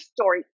story